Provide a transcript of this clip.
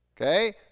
okay